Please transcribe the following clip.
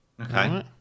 Okay